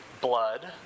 blood